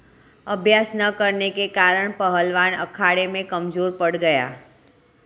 अभ्यास न करने के कारण पहलवान अखाड़े में कमजोर पड़ गया